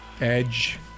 edge